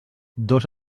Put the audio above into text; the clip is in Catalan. dos